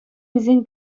илсен